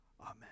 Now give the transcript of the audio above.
Amen